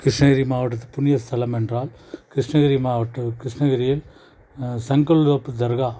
கிருஷ்ணகிரி மாவட்டத்து புண்ணியஸ்தலம் என்றால் கிருஷ்ணகிரி மாவட்டம் கிருஷ்ணகிரியில் சங்கல்தோப்பு தர்கா